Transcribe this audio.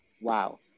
wow